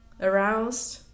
Aroused